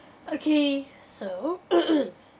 okay so